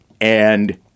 and-